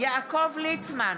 יעקב ליצמן,